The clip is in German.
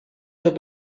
der